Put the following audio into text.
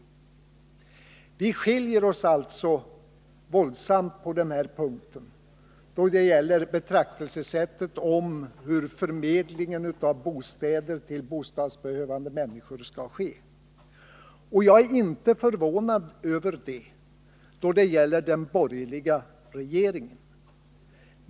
Vi skiljer oss alltså våldsamt åt när det gäller sättet att betrakta hur förmedlingen av bostäder till bostadsbehövande människor skall ske. Och jagär inte förvånad över det då det gäller den borgerliga regeringen.